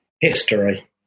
History